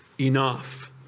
enough